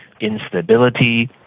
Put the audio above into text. instability